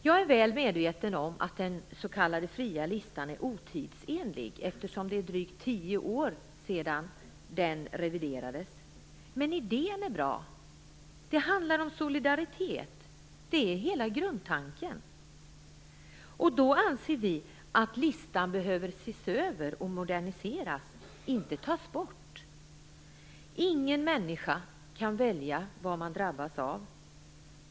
Jag är väl medveten om att den s.k. fria listan är otidsenlig eftersom det är drygt 10 år sedan den reviderades. Men idén är bra. Det handlar om solidaritet; det är hela grundtanken. Då anser vi att listan bör ses över och moderniseras, inte tas bort. Ingen människa kan välja vad man drabbas av.